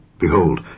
Behold